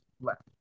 left